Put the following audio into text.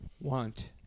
want